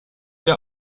der